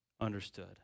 understood